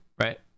Right